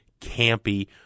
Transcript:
campy